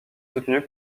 soutenu